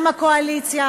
גם הקואליציה,